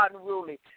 unruly